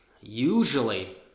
usually